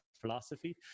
philosophy